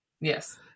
Yes